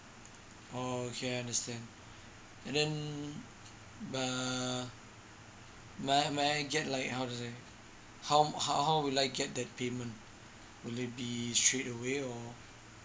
oh okay I understand and then uh may I may I get like how to say how m~ how how will l get that payment will it be straight away or